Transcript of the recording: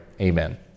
Amen